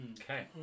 Okay